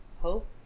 hope